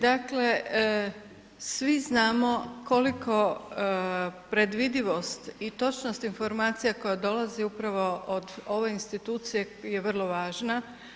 Dakle svi znamo koliko predvidivost i točnost informacija koje dolaze upravo od ove institucije je vrlo važna.